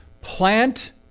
plant